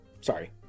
sorry